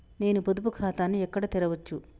నేను పొదుపు ఖాతాను ఎక్కడ తెరవచ్చు?